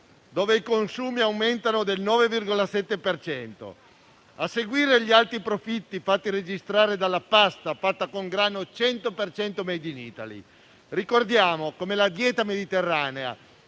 dove i consumi aumentano del 9,7 per cento; a seguire gli alti profitti fatti registrare dalla pasta fatta con grano 100 per cento *made in Italy*. Ricordiamo che la dieta mediterranea